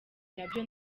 nabyo